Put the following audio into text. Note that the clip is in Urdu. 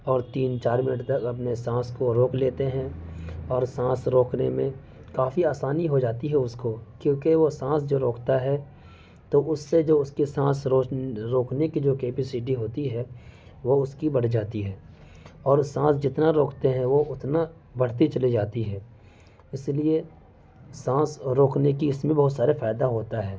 اور تین چار منٹ تک اپنے سانس کو روک لیتے ہیں اور سانس روکنے میں کافی آسانی ہو جاتی ہے اس کو کیونکہ وہ سانس جو روکتا ہے تو اس سے جو اس کی سانس روکنے کی جو کیپیسٹی ہوتی ہے وہ اس کی بڑھ جاتی ہے اور سانس جتنا روکتے ہیں وہ اتنا بڑھتی چلی جاتی ہے اس لیے سانس روکنے کی اس میں بہت سارے فائدہ ہوتا ہے